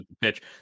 pitch